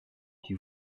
qui